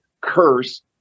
curse